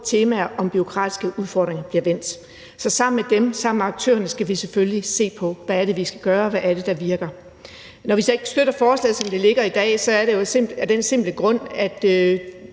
temaer om bureaukratiske udfordringer bliver vendt. Sammen med dem, sammen med aktørerne, skal vi selvfølgelig se på, hvad det er, vi skal gøre, og hvad det er, der virker. Når vi så ikke støtter forslaget, som det ligger i dag, er det jo af den simple grund, at